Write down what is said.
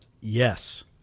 Yes